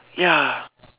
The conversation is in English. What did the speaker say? ya